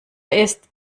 ist